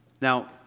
Now